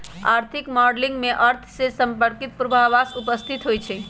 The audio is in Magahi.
आर्थिक मॉडलिंग में अर्थ से संपर्कित पूर्वाभास उपस्थित होइ छइ